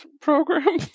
program